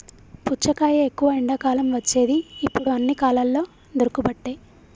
పుచ్చకాయ ఎక్కువ ఎండాకాలం వచ్చేది ఇప్పుడు అన్ని కాలాలల్ల దొరుకబట్టె